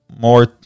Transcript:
more